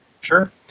Sure